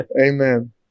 Amen